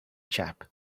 chap